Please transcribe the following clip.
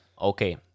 Okay